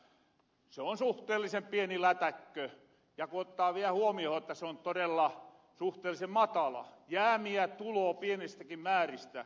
se on suhteellisen pieni lätäkkö ja kun ottaa vielä huomiohon että se on todella suhteellisen matala jäämiä tuloo pienistäkin määristä